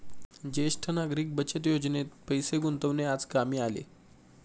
ज्येष्ठ नागरिक बचत योजनेत पैसे गुंतवणे आज कामी आले